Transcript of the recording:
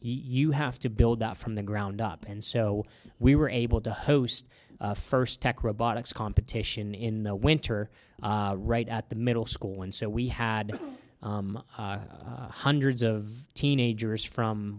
you have to build up from the ground up and so we were able to host the first tech robotics competition in the winter right at the middle school and so we had hundreds of teenagers from